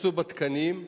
תקצצו בתקנים,